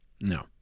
no